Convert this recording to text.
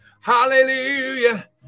Hallelujah